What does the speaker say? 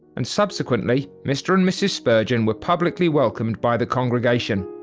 and subsequently mr. and mrs. spurgeon were publicly welcomed by the congregation.